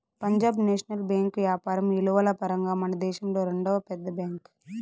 పంజాబ్ నేషనల్ బేంకు యాపారం ఇలువల పరంగా మనదేశంలో రెండవ పెద్ద బ్యాంక్